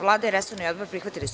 Vlada i resorni odbor prihvatili su